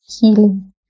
healing